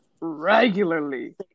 regularly